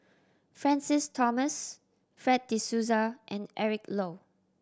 Francis Thomas Fred De Souza and Eric Low